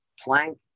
plank